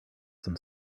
some